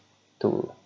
to